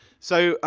so,